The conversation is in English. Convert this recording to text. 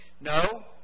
No